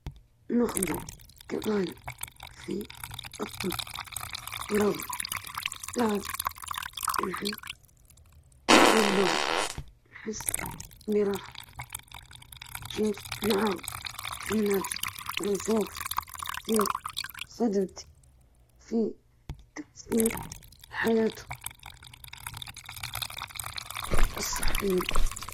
أنا أعمل بوظيفة مكتبية تتعلق بالتسويق الرقمي، وأستمتع بها لأنها تتيح لي الإبداع وتطوير استراتيجيات جديدة، كل يوم جديد مليء بالتحديات ويفتح لي آفاق جديدة.